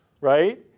right